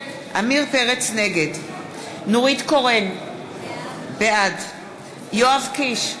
נגד נורית קורן, בעד יואב קיש,